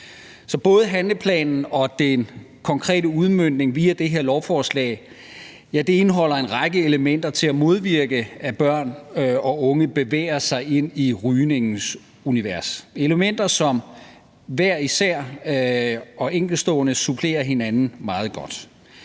Så både handleplanen og den konkrete udmøntning via det her lovforslag indeholder en række elementer til at modvirke, at børn og unge bevæger sig ind i rygningens univers – elementer, som hver især og enkeltstående supplerer hinanden meget godt.